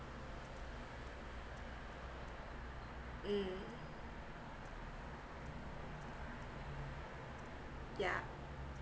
mm yeah